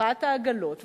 ממחאת העגלות,